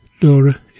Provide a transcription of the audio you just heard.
Nora